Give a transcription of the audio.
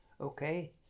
okay